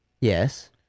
Yes